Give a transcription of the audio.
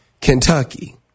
Kentucky